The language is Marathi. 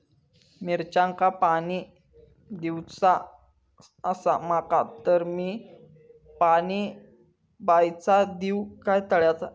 मिरचांका पाणी दिवचा आसा माका तर मी पाणी बायचा दिव काय तळ्याचा?